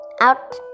out